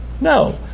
No